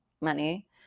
money